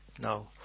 no